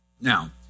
Now